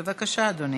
בבקשה, אדוני.